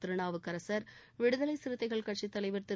திருநாவுக்கரசர் விடுதலை சிறுத்தைகள் கட்சித் தலைவர் திரு